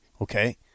Okay